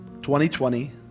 2020